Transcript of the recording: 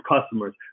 customers